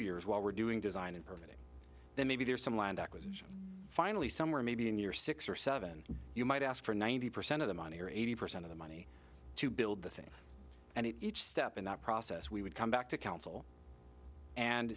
years while we're doing design and permitting then maybe there's some land acquisition finally somewhere maybe in your six or seven you might ask for ninety percent of the money or eighty percent of the money to build the thing and each step in that process we would come back to council and